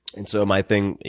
and so my thing,